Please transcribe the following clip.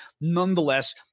Nonetheless